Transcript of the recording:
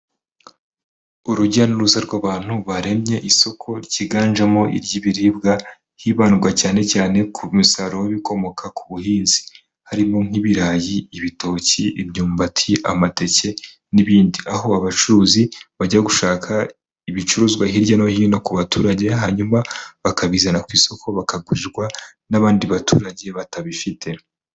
Urujya n'uruza rw'abantu baremye isoko ryiganjemo iry'ibiribwa, hibandwa cyane cyane ku musaruro w'ibikomoka ku buhinzi, harimo nk'ibirayi, ibitoki, imyumbati, amateke n'ibindi, aho abacuruzi bajya gushaka ibicuruzwa hirya no hino ku baturage, hanyuma bakabizana ku isoko bakagurirwa n'abandi baturage batabifite.